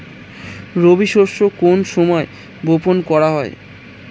রবি শস্য কোন সময় বপন করা হয়?